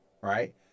Right